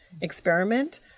experiment